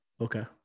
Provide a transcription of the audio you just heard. Okay